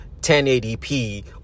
1080p